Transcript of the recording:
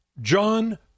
John